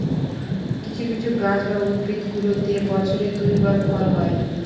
কিছু কিছু গাছ বা উদ্ভিদগুলোতে বছরে দুই বার ফল হয়